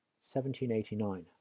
1789